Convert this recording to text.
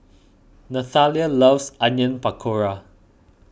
Nathalia loves Onion Pakora